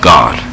God